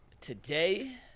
today